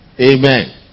Amen